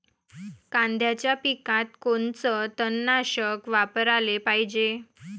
कांद्याच्या पिकात कोनचं तननाशक वापराले पायजे?